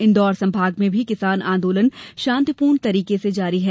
इंदौर संभाग में भी किसान आंदोलन शांतिपूर्ण तरीके से जारी है